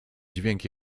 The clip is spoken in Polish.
dźwięk